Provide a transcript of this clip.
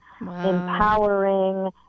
empowering